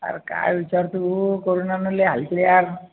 अरे काय विचारतो कोरोनानं लय हाल केले यार